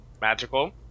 magical